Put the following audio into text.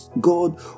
God